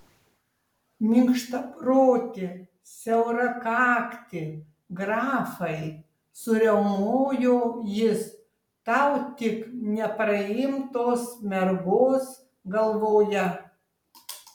minkštaproti siaurakakti grafai suriaumojo jis tau tik nepraimtos mergos galvoje